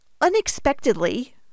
Unexpectedly